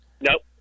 nope